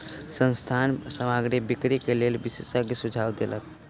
संस्थान सामग्री बिक्री के लेल विशेषज्ञक सुझाव लेलक